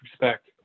respect